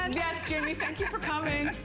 um yeah thank you for coming.